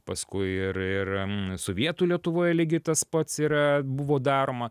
paskui ir ir sovietų lietuvoje lygiai tas pats yra buvo daroma